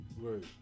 Right